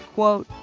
quote,